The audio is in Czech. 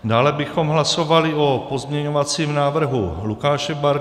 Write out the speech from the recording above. Dále bychom hlasovali o pozměňovacím návrhu Lukáše Bartoně.